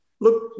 Look